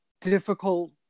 difficult